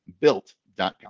Built.com